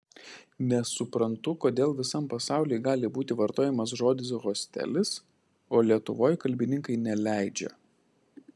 nesuprantu kodėl visam pasauly gali būti vartojamas žodis hostelis o lietuvoj kalbininkai neleidžia